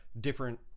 different